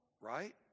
right